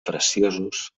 preciosos